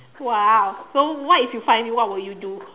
!wow! so what if you find me what will you do